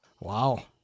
Wow